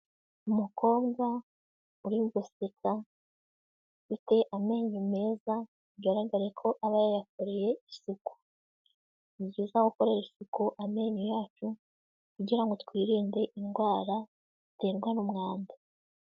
Umukobwa uri guseka, ufite amenyo meza, bigaragare ko aba yayakoreye isuku. Ni byiza gukoresha isuku amenyo yacu, kugira ngo twirinde indwara ziterwa n'umwanda.